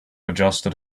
adjusted